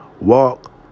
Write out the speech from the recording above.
Walk